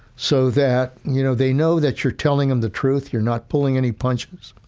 so that, you know, they know that you're telling them the truth, you're not pulling any punches.